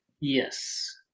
Yes